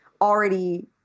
already